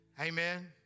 Amen